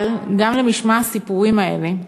אבל גם למשמע הסיפורים האלה,